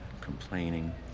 complaining